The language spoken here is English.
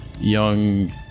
young